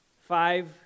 Five